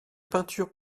peintures